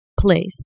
place